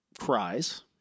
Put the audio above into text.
cries